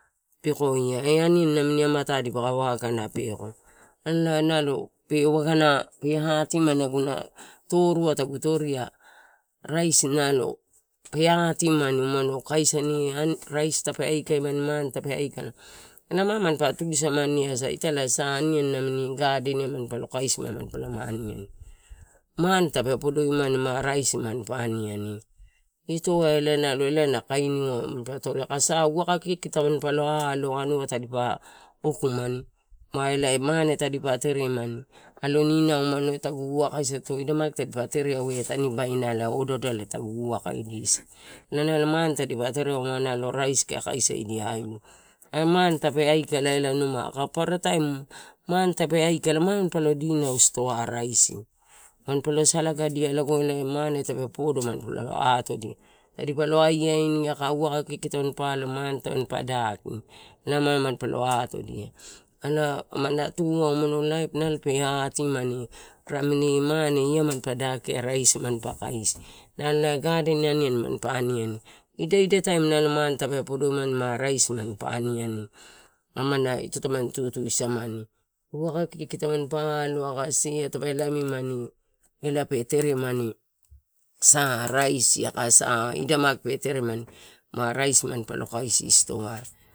Pekoia e aniani nami amatai dipaka wagana peko. Alai nalo pe wagana hatimani aguna toru, tagu toria, raisi nalo pe hatimani umano kais ani raisi tape aikaimani mane tape aikala elae mapani tusamani asa, ita sa aniani namini gadeni ai manpalon kaisima manpa lama aniani. Mane tape podoimani ma raisi manpa aniani, ito ai elae na kainiua manpa to toria, aka sa waka kiki tamani palo alo anua taidpa okumani ma elae mane tadipa teremani, alon inau tagu wakasaga ato ida maki tadipa tereau ea tanibaina odaodaie tagu wakadiasaga inau naio mane tadipa tereu naio raisi kae kaisaidia aibigu, are mane tape aikala numa aka paparataim mane tape aikala ma palo dinau stoai raisi. Manpalo salagadia lago elae mane, tape podo manpa lo atodia, ela amana tua umano laip pe hatimani, ramini mane ia manpa dakia raisi manpa kaisi naio elae gaden aniani manpa aniani. Ida ida taimu anio mane tape podoimani ma raisi manpa aniani, amana itoi taman tutusamani waka kiki tamanipa aio kak sea tape lamimani elae pe teremani sa raisi aka sa ida maki pe teremani ma raisi manpaio kaisi stoai.